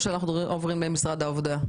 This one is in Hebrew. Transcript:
או שאנחנו עוברים למשרד העבודה?